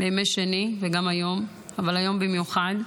בימי שני וגם היום, אבל היום במיוחד,